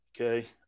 Okay